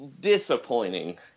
disappointing